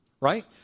right